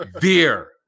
beer